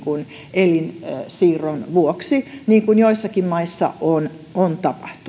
elinsiirron vuoksi niin kuin joissakin maissa on on